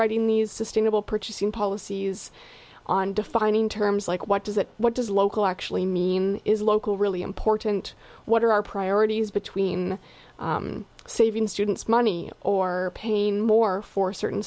writing these sustainable purchasing policies on defining terms like what does it what does local actually mean is local really important what are our priorities between saving students money or pain more for certain